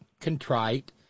contrite